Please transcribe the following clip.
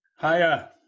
Hiya